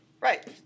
Right